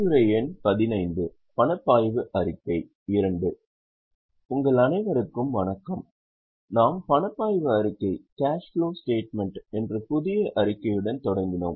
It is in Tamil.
உங்கள் அனைவருக்கும் வணக்கம் நாம் பணப்பாய்வு அறிக்கை என்ற புதிய அறிக்கையுடன் தொடங்கினோம்